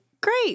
great